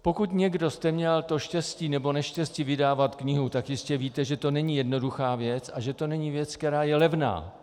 Pokud jste někdo měl to štěstí nebo neštěstí vydávat knihu, tak jistě víte, že to není jednoduchá věc a že to není věc, která je levná.